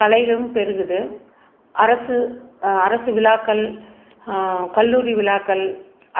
கலையும் பெருகுது அரசு அரசு விழாக்கள் கல்லூரி விழாக்கள்